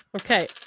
Okay